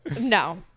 No